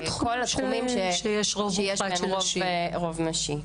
זה כל התחומים שיש בהן רוב נשי.